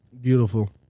Beautiful